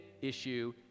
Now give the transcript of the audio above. issue